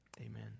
Amen